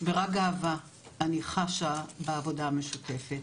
ורק גאווה אני חשה בעבודה המשותפת.